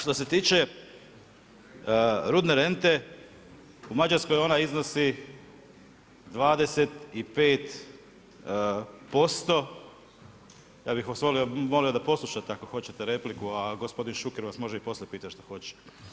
Što se tiče rudne rente u Mađarskoj ona iznosi 25%, ja bih vas molio da poslušate ako hoćete repliku, a gospodin Šuker vas može i poslije pitati šta hoće.